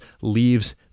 leaves